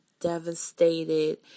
devastated